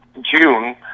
June